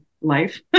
life